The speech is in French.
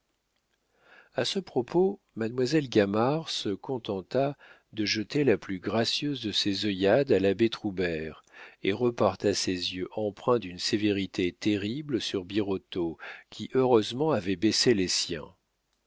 a ce propos mademoiselle gamard se contenta de jeter la plus gracieuse de ses œillades à l'abbé troubert et reporta ses yeux empreints d'une sévérité terrible sur birotteau qui heureusement avait baissé les siens